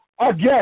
again